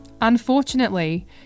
Unfortunately